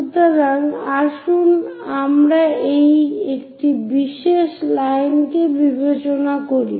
সুতরাং আসুন আমরা একটি বিশেষ লাইনকে বিবেচনা করি